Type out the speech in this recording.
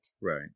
Right